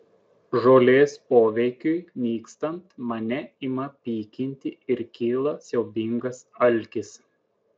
žolės poveikiui nykstant mane ima pykinti ir kyla siaubingas alkis